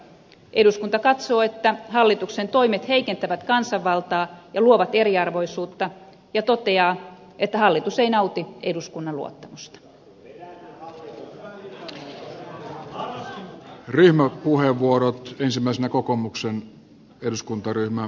eduskunta katsoo että hallituksen toimet heikentävät kansanvaltaa ja luovat eriarvoisuutta ja toteaa että hallitus ei nauti eduskunnan luottamusta